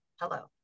hello